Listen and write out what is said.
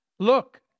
Look